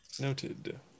Noted